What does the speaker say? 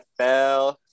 nfl